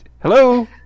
Hello